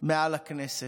מעל הכנסת,